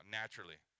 naturally